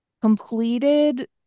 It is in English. completed